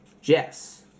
Jess